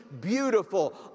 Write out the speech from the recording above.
beautiful